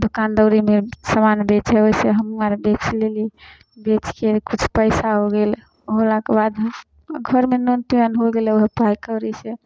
दोकान दौरीमे समान बेचै हइ वइसे हमहूँ आर बेचि लेली बेचिके किछु पइसा हो गेल होलाके बाद घरमे नून तेल हो गेलै ओहे पाइ कौड़ीसे